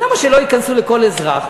למה שלא ייכנסו לכל אזרח,